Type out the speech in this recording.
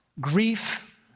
Grief